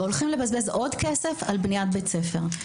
והולכים לבזבז עוד כסף על בניית בית ספר.